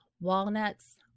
walnuts